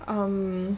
um